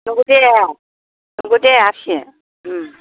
नंगौ दे नंगौ दं आसि उम